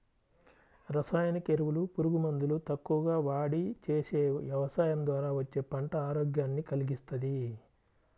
రసాయనిక ఎరువులు, పురుగు మందులు తక్కువగా వాడి చేసే యవసాయం ద్వారా వచ్చే పంట ఆరోగ్యాన్ని కల్గిస్తది